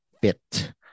fit